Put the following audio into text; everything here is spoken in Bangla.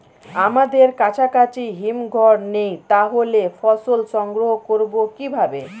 আমাদের কাছাকাছি হিমঘর নেই তাহলে ফসল সংগ্রহ করবো কিভাবে?